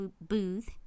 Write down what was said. booth